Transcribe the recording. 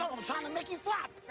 um i'm trying to make you flop.